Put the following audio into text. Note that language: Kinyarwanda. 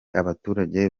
abaturage